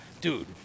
Dude